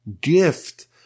gift